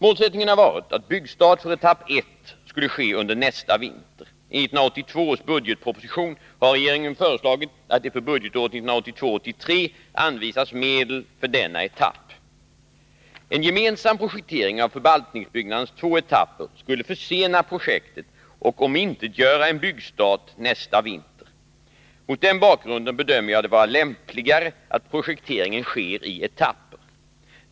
Målsättningen har varit att byggstart för etapp 1 skulle ske under nästa vinter. I 1982 års budgetproposition har regeringen föreslagit att det för budgetåret 1982/83 anvisas medel för denna etapp. En gemensam projektering av förvaltningsbyggnadens två etapper skulle försena projektet och omintetgöra en byggstart nästa vinter. Mot den bakgrunden bedömer jag det vara lämpligare att projekteringen sker i etapper.